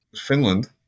Finland